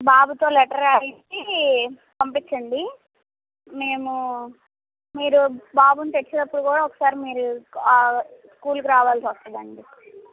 బాబుతో లెటర్ రాయించి పంపించండి మేము మీరు బాబుని తెచ్చినప్పుడు కూడా ఒకసారి మీరు స్కూల్కి రావాల్సి వస్తుందండి